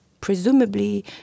presumably